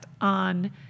on